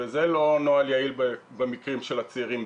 וזה לא נוהל יעיל במקרים של הצעירים,